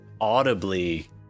audibly